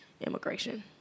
immigration